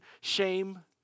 shame